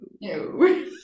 no